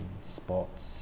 sports